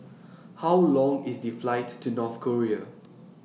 How Long IS The Flight to North Korea